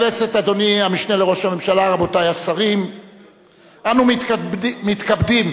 26 בעד, אין מתנגדים,